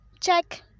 Check